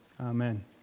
amen